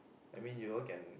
I mean you all can